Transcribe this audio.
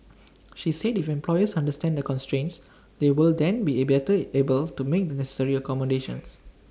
she said if employers understand the constraints they will then be at better able to make the necessary accommodations